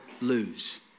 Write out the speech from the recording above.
lose